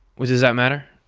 well does that matter?